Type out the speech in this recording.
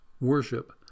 worship